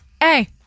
Hey